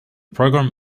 program